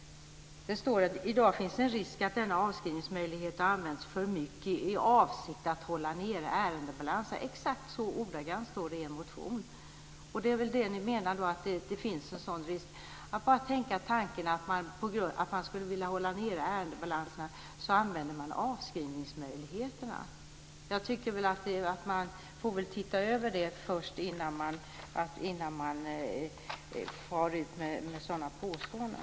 "I dag finns en risk att denna avskrivningsmöjlighet har använts för mycket i avsikt att hålla nere ärendebalanserna." Så står det ordagrant i er motion, så ni menar väl att det finns en sådan risk. Att bara tänka tanken att man skulle använda avskrivningsmöjligheterna bara för att man vill hålla nere ärendebalanserna! Detta får man titta över, tycker jag, innan man far ut med sådana påståenden.